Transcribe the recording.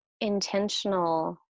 intentional